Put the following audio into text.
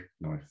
Nice